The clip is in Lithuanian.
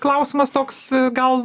klausimas toks gal